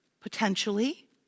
potentially